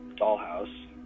dollhouse